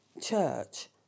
church